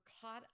caught